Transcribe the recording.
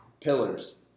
pillars